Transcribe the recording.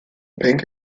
bank